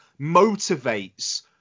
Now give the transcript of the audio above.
motivates